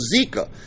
Zika